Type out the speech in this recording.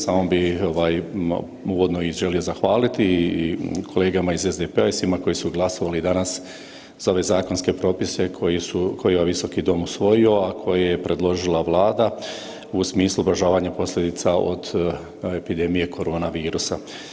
Samo bi uvodno želio zahvaliti kolegama iz SDP-a i svima koji su glasovali danas za ove zakonske propise koje je ovaj Visoki dom usvojio, a koji je predložila Vlada u smislu ublažavanja posljedica od epidemije korona virusa.